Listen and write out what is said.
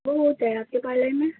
وہ ہوتا ہے آپ کے پارلر میں